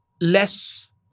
less